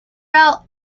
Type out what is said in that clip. out